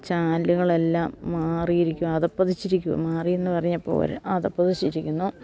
ചാനലുകളെല്ലാം മാറിയിരിക്കാ അധഃപതിച്ചിരിക്കാ മാറിയെന്നു പറഞ്ഞാൽ പോരാ അധഃപ്പതിച്ചിരിക്കുന്നു